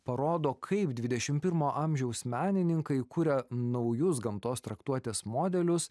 parodo kaip dvidešim pirmo amžiaus menininkai kuria naujus gamtos traktuotės modelius